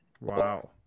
wow